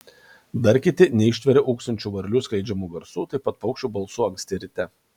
dar kiti neištveria ūksinčių varlių skleidžiamų garsų taip pat paukščių balsų anksti ryte